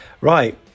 Right